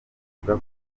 avuga